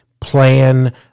plan